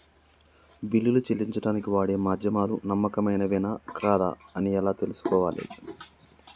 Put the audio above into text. బిల్లులు చెల్లించడానికి వాడే మాధ్యమాలు నమ్మకమైనవేనా కాదా అని ఎలా తెలుసుకోవాలే?